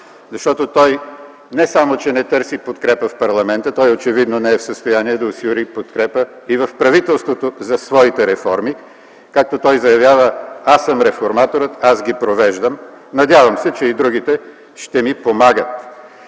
Защото той не само, че не търси подкрепа в парламента, той очевидно не е в състояние да си осигури подкрепа и в правителството за своите реформи, както той заявява: „Аз съм реформаторът, аз ги провеждам. Надявам се, че и другите ще ми помагат!”.